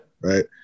Right